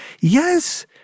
yes